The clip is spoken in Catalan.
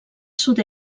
sud